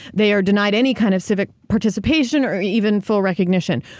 they are denied any kind of civic participation or even full recognition.